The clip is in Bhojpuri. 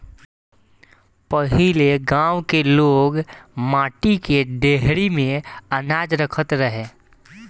पहिले गांव के लोग माटी के डेहरी में अनाज रखत रहे